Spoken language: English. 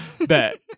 Bet